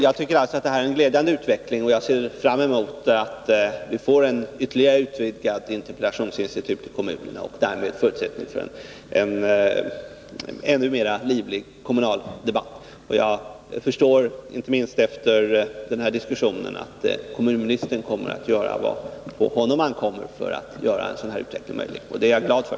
Jag tycker att detta är en glädjande utveckling, och jag ser fram emot ett ytterligare utvidgat interpellationsinstitut i kommunerna och därmed ökade förutsättningar för en ännu livligare kommunal debatt. Jag förstår, inte minst efter denna diskussion, att kommunministern kommer att göra vad som på honom ankommer för att en sådan här utveckling skall bli möjlig. Det är jag glad för.